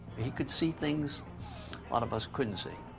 he could see things a lot of us couldn't see,